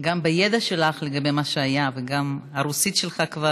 גם בידע שלך לגבי מה שהיה וגם ברוסית שלך.